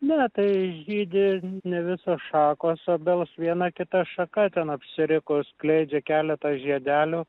na tai žydi irgi ne visos šakos obels viena kita šaka ten apsirikus skleidžia keletą žiedelių